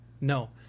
No